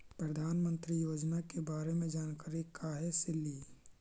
प्रधानमंत्री योजना के बारे मे जानकारी काहे से ली?